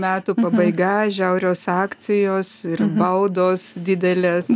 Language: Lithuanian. metų pabaiga žiaurios akcijos ir baudos didelės